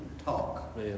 talk